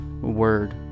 Word